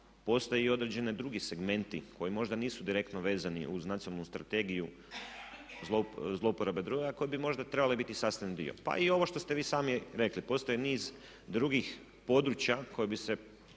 postoje i određeni drugi segmenti koji možda nisu direktno vezani uz Nacionalnu strategiju zlouporabe droga koje bi možda trebale biti sastavni dio, pa i ovo što ste vi sami rekli. Postoji niz drugih područja koji bi se